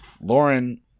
Lauren